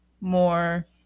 more